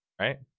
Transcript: right